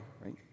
right